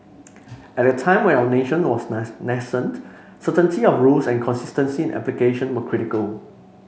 at a time where our nation was nascent certainty of rules and consistency in application were critical